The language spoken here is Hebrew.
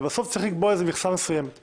ובסוף צריך לקבוע איזו מכסה מסוימת.